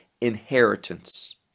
inheritance